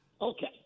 Okay